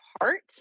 heart